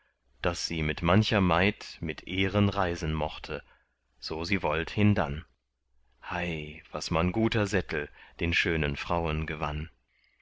daß sie mit mancher maid mit ehren reisen mochte so sie wollt hindann hei was man guter sättel den schönen frauen gewann